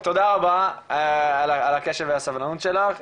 תודה רבה על הקשב והסבלנות שלך,